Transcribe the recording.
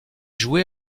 joué